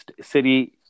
city